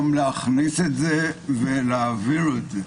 גם להכניס את זה ולהעביר את זה.